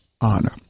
honor